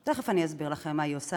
תכף אני אסביר לכם מה היא עושה.